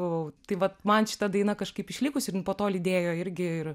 buvau tai vat man šita daina kažkaip išlikus ir po to lydėjo irgi ir